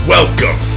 Welcome